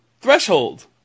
Threshold